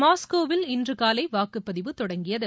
மாஸ்கோவில் இன்றுகாலை வாக்குப்பதிவு தொடங்கியது